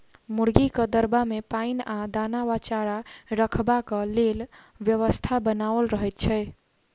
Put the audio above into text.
मुर्गीक दरबा मे पाइन आ दाना वा चारा रखबाक लेल व्यवस्था बनाओल रहैत छै